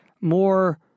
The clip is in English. more